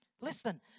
Listen